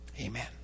Amen